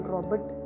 Robert